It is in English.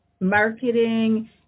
marketing